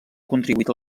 contribuït